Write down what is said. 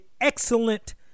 excellent